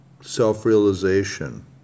self-realization